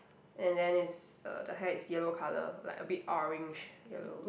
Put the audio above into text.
and then it's uh the hair is yellow colour like a bit orange yellow